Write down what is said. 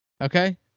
Okay